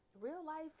real-life